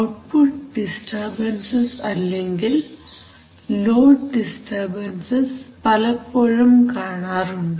output disturbances അല്ലെങ്കിൽ load disturbances പലപ്പോഴും കാണാറുണ്ട്